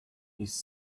his